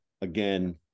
Again